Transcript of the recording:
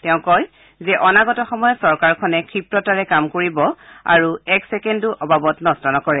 তেওঁ কয় যে অনাগত সময়ত চৰকাৰখনে ক্ষীপ্ৰতাৰে কাম কৰিব আৰু এক ছেকেণ্ডো অবাবত নষ্ট নকৰে